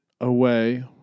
away